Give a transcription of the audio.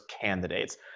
candidates